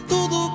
Tudo